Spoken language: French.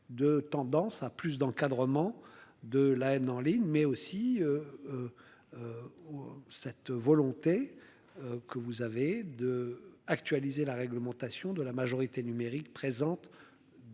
de tendance à plus d'encadrement de la haine en ligne mais aussi. Cette volonté. Que vous avez 2 actualiser la réglementation de la majorité numérique présente.